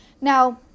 Now